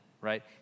right